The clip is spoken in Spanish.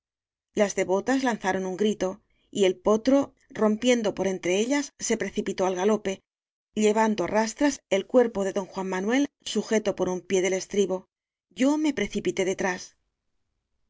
las devotas lanzaron un grito y el potro rompiendo por entre ellas se precipitó al galope llevando arras tras el cuerpo de don juan manuel sujeto por un pie del estribo yo me precipité